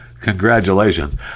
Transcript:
Congratulations